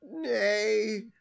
nay